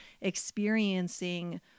experiencing